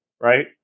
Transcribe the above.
right